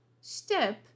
step